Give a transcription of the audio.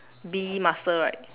bee master right